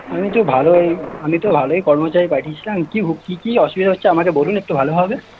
আমি তো ভালোই আমি তো ভালোই কর্মচারী পাঠিয়েছিলাম কী কী অসুবিধা হচ্ছে আমাকে বলুন একটু ভালোভাবে